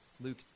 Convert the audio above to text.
Luke